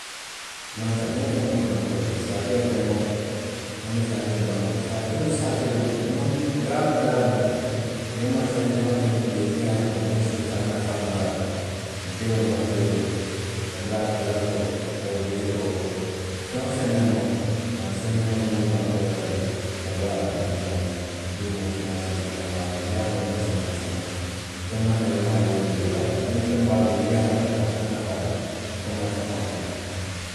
Mansa a ñanta moolu maakoyi la le, saateelu kayi moomu a ñanta saateelu maakoyi la le, saatee woo saatee lemu, mu dulaa woo dulaa lemu wo ti, niŋ mansa ye feŋ woo feŋ ki jee, miŋ ye a loŋ moolu se i faŋ nafaa noo a la, wo bee mu maakoyiroo le ti kabiriŋ a kuraŋ to woo, a robinee to woo, a feŋ woo feŋ nemu wo ti, mansa ñanta moolu maakoyi la wo la le ka loo a la, ka banbaŋ puru moolu fanaŋ se i faŋ nafaa noo niŋ i ye a moyi mansa, mansa mansa, feŋ maŋ tara i maario bulu le wo le ye a tinna niŋ feŋ be a bulu miŋ ye a loŋ a ka faŋ nafaa la, a te mansa faŋo fo la